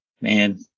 man